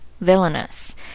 villainous